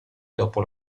dopo